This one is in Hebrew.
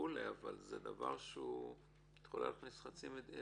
אבל זה דבר שיכול להכניס חצי מדינה